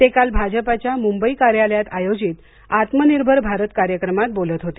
ते काल भाजपाच्या मुंबई कार्यालयात आयोजित आत्मनिर्भर भारत कार्यक्रमात बोलत होते